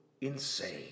insane